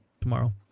tomorrow